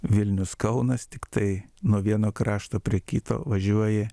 vilnius kaunas tiktai nuo vieno krašto prie kito važiuoji